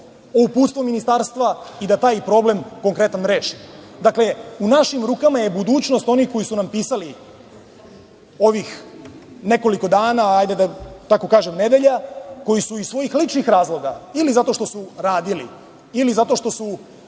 o uputstvo Ministarstva i da taj konkretan problem rešimo. Dakle, u našim rukama je budućnost onih koji su nam pisali ovih nekoliko dana, da kažem nedelja, koji su iz svojih ličnih razloga, ili zato što su radili ili zato što su